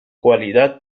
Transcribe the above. cualidad